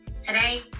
today